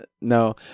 no